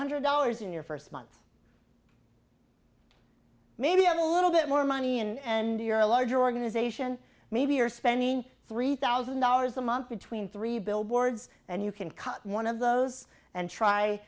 hundred dollars in your first month maybe a little bit more money and endure a larger organization maybe you're spending three thousand dollars a month between three billboards and you can cut one of those and try